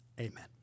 Amen